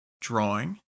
drawing